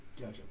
Gotcha